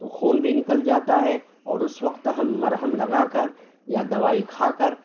تو خون بھی نکل جاتا ہے اور اس وقت ہم مرہم لگا کر یا دوائی کھا کر